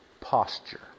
posture